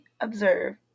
observe